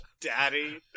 Daddy